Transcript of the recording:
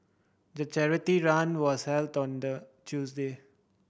the charity run was held on the Tuesday